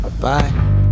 Bye